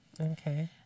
Okay